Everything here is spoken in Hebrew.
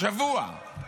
השבוע,